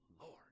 Lord